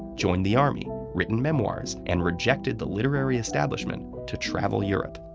joined the army, written memoirs, and rejected the literary establishment to travel europe.